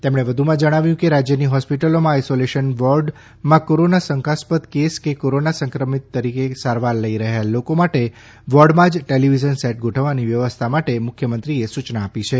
તેમણે વધુમાં જણાવ્યું છે કે રાજયની હોસ્પિટલોમાં આઇસોલેશન વોર્ડઝમાં કોરોના શંકાસ્પદ કેસ કે કોરોના સંક્રમિત તરીકે સારવાર લઇ રહેલા લોકો માટે વોર્ડમાં ટેલીવીઝન સેટ ગોઠવવાની વ્યવસ્થા માટે મુખ્યમંત્રીશ્રીએ સુયના આપી છે